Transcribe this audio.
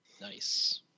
Nice